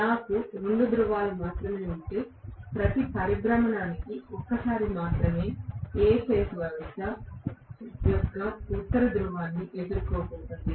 నాకు రెండు ధ్రువాలు మాత్రమే ఉంటే ప్రతి పరిభ్రమణానికి ఒక్కసారి మాత్రమే A ఫేజ్ వ్యవస్థ యొక్క ఉత్తర ధ్రువాన్ని ఎదుర్కోబోతోంది